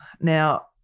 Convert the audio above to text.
Now